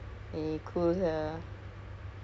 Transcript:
uh fortnite I play fortnite ya